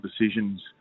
decisions